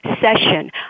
session